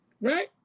Right